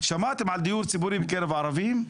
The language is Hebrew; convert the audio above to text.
שמעתם על דיור ציבורי בקרב הערבים?